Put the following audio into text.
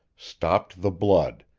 stopped the blood,